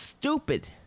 Stupid